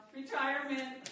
retirement